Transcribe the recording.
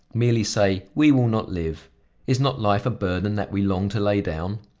merely say we will not live is not life a burden that we long to lay down?